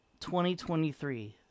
2023